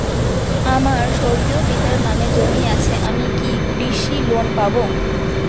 আমার স্বর্গীয় পিতার নামে জমি আছে আমি কি কৃষি লোন পাব?